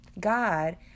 God